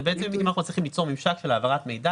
זה אם אנחנו מצליחים ליצור ממשק של העברת מידע